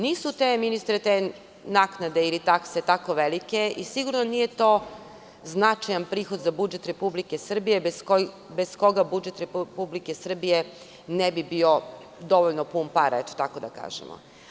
Nisu te naknade ili takse tako velike i sigurno nije to značajan prihod za budžet Republike Srbije, bez koga budžet Republike Srbije ne bi bio dovoljno pun para, da tako kažemo.